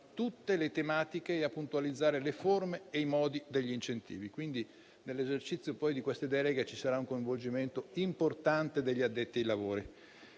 tutte le tematiche e a puntualizzare le forme e i modi degli incentivi. Pertanto, nell'esercizio di queste deleghe ci sarà un coinvolgimento importante degli addetti ai lavori.